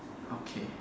okay